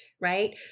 Right